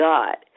God